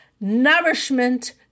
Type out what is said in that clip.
nourishment